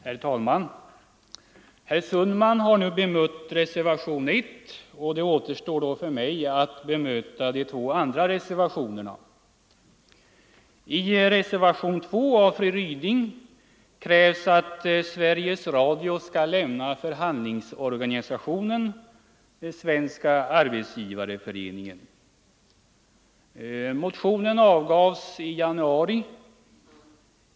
Herr talman! Herr Sundman har ju bemött reservationen 1. Det återstår då för mig att bemöta de två andra reservationerna. I reservationen 2 av fru Ryding krävs att Sveriges Radio skall lämna förhandlingsorganisationen Svenska arbetsgivareföreningen. Motionen avgavs i januari.